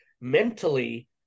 mentally